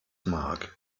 mark